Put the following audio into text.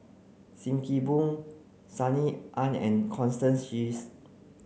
Sim Kee Boon Sunny Ang and Constance Sheares